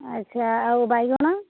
ଆଚ୍ଛା ଆଉ ବାଇଗଣ